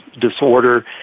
disorder